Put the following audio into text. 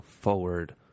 forward